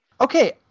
Okay